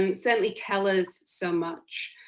um certainly tell us so much.